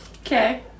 Okay